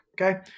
okay